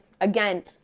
again